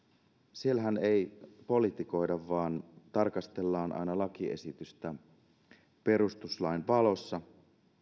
siellähän ei politikoida vaan tarkastellaan lakiesitystä aina perustuslain valossa niin